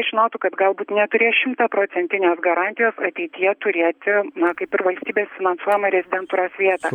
žinotų kad galbūt neturės šimtaprocentinės garantijos ateityje turėti kaip ir valstybės finansuojamą rezidentūros vietą